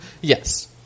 Yes